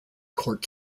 court